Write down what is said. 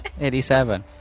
87